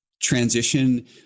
transition